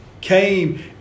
came